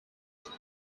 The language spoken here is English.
off